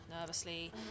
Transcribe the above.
nervously